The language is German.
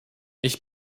ich